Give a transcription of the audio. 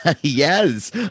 Yes